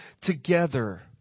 together